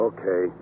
Okay